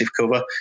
cover